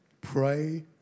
pray